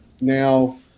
Now